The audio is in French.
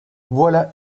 voilà